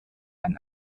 ein